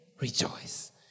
rejoice